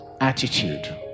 attitude